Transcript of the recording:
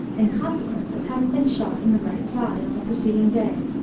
in consequence of having been shot in the right side, on the preceding day.